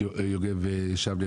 יוגב שמני.